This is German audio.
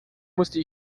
musste